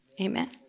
amen